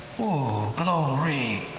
whoo! glory!